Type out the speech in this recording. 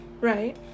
right